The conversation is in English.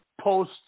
post